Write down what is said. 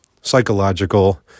psychological